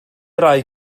rai